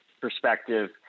perspective